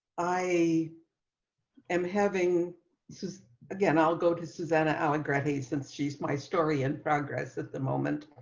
i am having this is again, i'll go. this is anna alan gray since she's my story in progress at the moment.